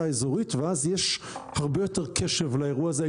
האזורית ואז יש הרבה יותר קשב לאירוע הזה.